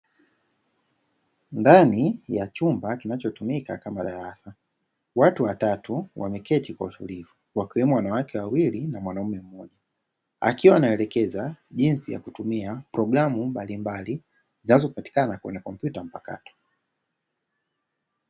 Ndani ya chumba kinachotumika kama darasa watu watatu wameketi kwa utulivu wakiwemo wanawake wawili na mwanaume, akiwa anaelekeza jinsi ya kutumia programu mbalimbali zinazopatikana kwenye kompyuta mpakato.